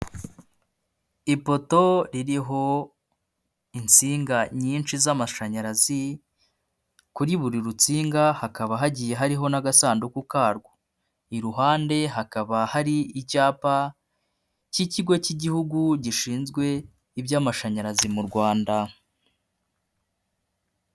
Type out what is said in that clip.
Ipoto iriho insinga nyinshi z'amashanyarazi kuri buri rutsinga hakaba hagiye hariho n'agasanduku karwo, iruhande hakaba hari icyapa k'ikigo cy'igihugu gishinzwe iby'amashanyarazi mu Rwanda.